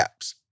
apps